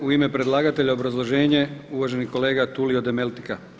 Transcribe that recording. U ime predlagatelja obrazloženje uvaženi kolega Tulio Demetlika.